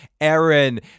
Aaron